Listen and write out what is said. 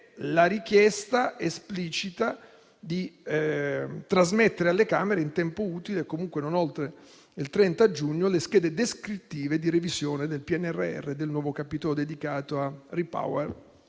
e ambientale; 10) a trasmettere alle Camere, in tempo utile e comunque non oltre il 30 giugno, le schede descrittive di revisione del PNRR e del nuovo capitolo dedicato al REPowerEU,